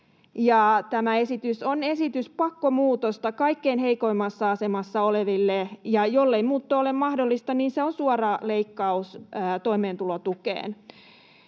Tämä esitys on esitys pakkomuutosta kaikkein heikoimmassa asemassa oleville, ja jollei muutto ole mahdollinen, niin se on suora leik-kaus toimeentulotukeen.